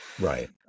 Right